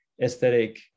aesthetic